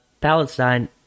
Palestine